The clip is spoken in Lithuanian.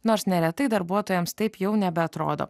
nors neretai darbuotojams taip jau nebeatrodo